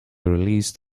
released